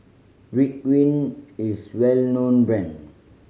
Ridwind is a well known brand